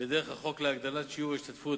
ודרך החוק להגדלת שיעור ההשתתפות,